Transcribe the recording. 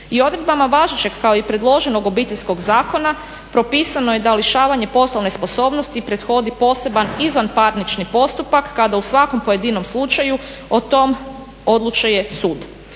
I odredbama važećeg kao i predloženog Obiteljskog zakona propisano je da lišavanje poslovne sposobnosti prethodi poseban izvanparnični postupak kada u svakom pojedinom slučaju o tome odluči sud.